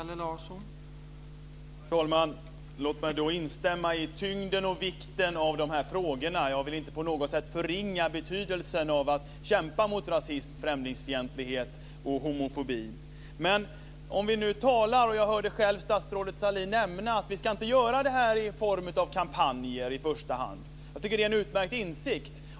Herr talman! Låt mig instämma i tyngden och vikten av dessa frågor. Jag vill inte på något sätt förringa betydelsen av att kämpa mot rasism, främlingsfientlighet och homofobi. Jag hörde själv statsrådet Sahlin nämna att vi inte i första hand ska göra detta i form av kampanjer. Jag tycker att det är en utmärkt insikt.